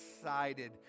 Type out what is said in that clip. excited